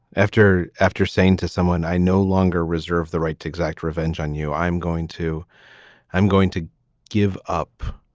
after after saying to someone, i no longer reserve the right to exact revenge on you, i'm going to i'm going to give up.